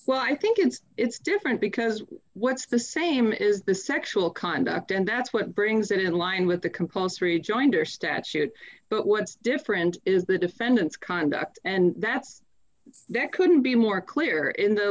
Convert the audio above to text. well i think it's it's different because what's the same is the sexual conduct and that's what brings it in line with the compulsory joinder statute but what's different is the defendant's conduct and that's that couldn't be more clear in the